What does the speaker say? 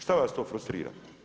Šta vas to frustrira?